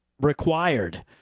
required